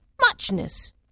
muchness